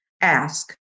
ask